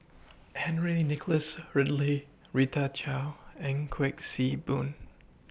Henry Nicholas Ridley Rita Chao and Kuik Say Boon